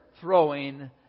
throwing